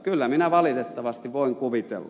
kyllä minä valitettavasti voin kuvitella